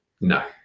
No